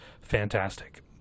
fantastic